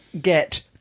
get